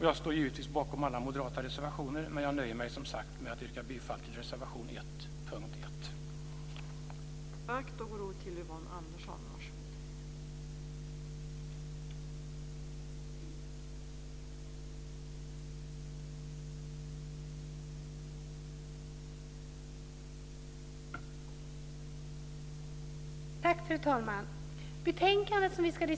Jag står givetvis bakom alla moderata reservationer, men jag nöjer mig som sagt med att yrka bifall till reservation 1 under punkt 1.